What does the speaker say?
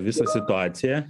visą situaciją